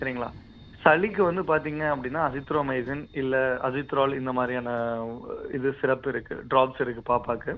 சரிங்களா சளிக்கு வந்து பார்த்தீங்க அப்படின்னா அஜித்ரோ மைசின் இல்லை அஜித்ரால் இந்த மாதிரியான இது சிரப் இருக்கு ட்ராப்ஸ் இருக்கு பாப்பாக்கு